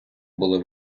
були